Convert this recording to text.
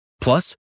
plus